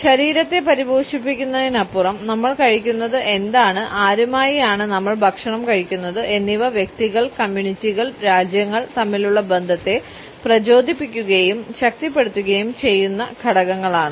ശരീരത്തെ പരിപോഷിപ്പിക്കുന്നതിനപ്പുറം നമ്മൾ കഴിക്കുന്നതു എന്താണ് ആരുമായി ആണ് നമ്മൾ ഭക്ഷണം കഴിക്കുന്നത് എന്നിവ വ്യക്തികൾ കമ്മ്യൂണിറ്റികൾ രാജ്യങ്ങൾ തമ്മിലുള്ള ബന്ധത്തെ പ്രചോദിപ്പിക്കുകയും ശക്തിപ്പെടുത്തുകയും ചെയ്യുന്ന ഘടകങ്ങളാണ് "